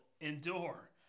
endure